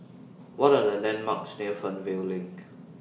What Are The landmarks near Fernvale LINK